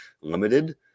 limited